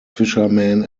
fishermen